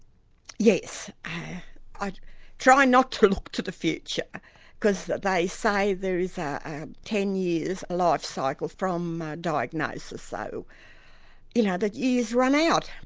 yes, i i try not to look to the future because they say there is a ten years life cycle from diagnosis, so you know the years run out.